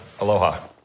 Aloha